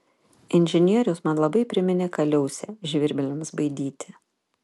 inžinierius man labai priminė kaliausę žvirbliams baidyti